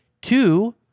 two